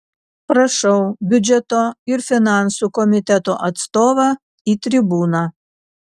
prašau biudžeto ir finansų komiteto atstovą į tribūną